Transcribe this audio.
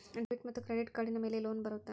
Debit ಮತ್ತು credit ಕಾರ್ಡಿನ ಮೇಲೆ ಲೋನ್ ಬರುತ್ತಾ?